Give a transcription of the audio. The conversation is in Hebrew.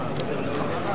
נתקבל.